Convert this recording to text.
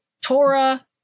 torah